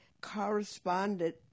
corresponded